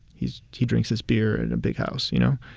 he's he drinks his beer in a big house, you know.